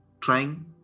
trying